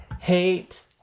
hate